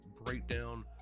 breakdown